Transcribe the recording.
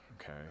okay